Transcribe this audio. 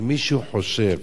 אם מישהו חושב